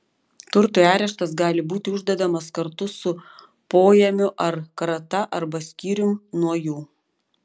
turtui areštas gali būti uždedamas kartu su poėmiu ar krata arba skyrium nuo jų